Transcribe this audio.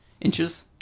inches